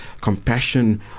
compassion